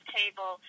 table